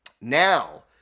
now